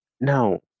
now